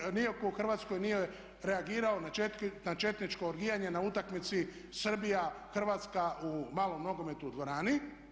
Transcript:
Nitko nije, nitko u Hrvatskoj nije reagirao na četničko orgijanje na utakmici Srbija-Hrvatska u malom nogometu u dvorani.